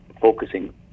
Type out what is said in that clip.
focusing